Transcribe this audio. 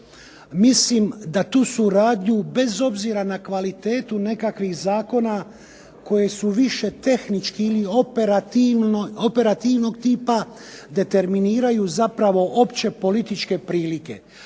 mislim da tu suradnju bez obzira na kvalitetu nekakvih zakona koji su više tehnički ili operativnog tipa, determiniraju zapravo opće političke prilike.